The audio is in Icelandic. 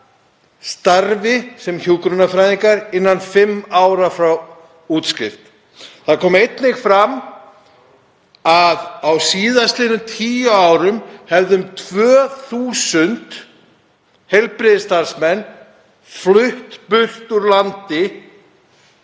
störfum sem hjúkrunarfræðingar innan fimm ára frá útskrift. Það kom einnig fram að á síðastliðnum tíu árum hefðu um 2.000 heilbrigðisstarfsmenn flutt úr landi